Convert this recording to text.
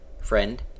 friend